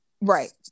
Right